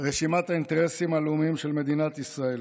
רשימת האינטרסים הלאומיים של מדינת ישראל.